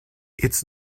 its